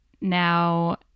now